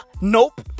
Nope